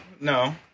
No